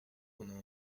pendant